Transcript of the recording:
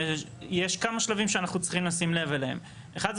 יש כמה שלבים שאנחנו צריכים לשים לב אליהם: אחד,